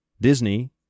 Disney